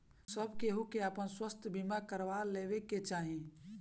सब केहू के आपन स्वास्थ्य बीमा करवा लेवे के चाही